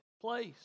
place